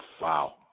Wow